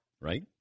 Right